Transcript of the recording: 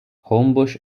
homebush